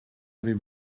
avez